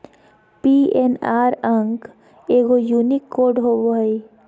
PNR अंक एगो unique code होबो हइ